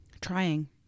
Trying